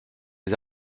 les